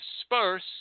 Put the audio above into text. disperse